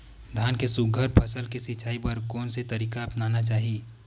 धान के सुघ्घर फसल के सिचाई बर कोन से तरीका अपनाना चाहि?